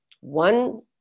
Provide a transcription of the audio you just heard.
one